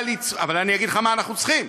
אבל אני אגיד לך מה אנחנו צריכים: